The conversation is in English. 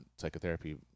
psychotherapy